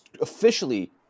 officially